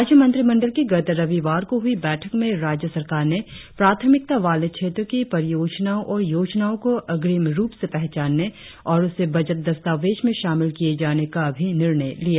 राज्य मंत्रिमंडल की गत रविवार को हुई बैठक में राज्य सरकार ने प्राथमिकता वाले क्षेत्रों की परियोजनाओं और योजनाओं को अग्रिम रुप से पहचानने और उसे बजट दस्तावेज में शामिल किए जाने का भी निर्णय लिया